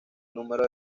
número